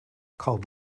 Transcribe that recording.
called